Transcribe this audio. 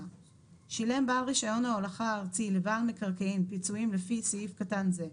שילם בעל רישיון ההולכה הארצי לבעל מקרקעין פיצויים לפי סעיף קטן זה,